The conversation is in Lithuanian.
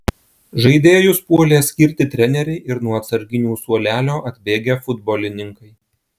žaidėjus puolė skirti treneriai ir nuo atsarginių suolelio atbėgę futbolininkai